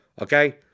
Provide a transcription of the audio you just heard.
Okay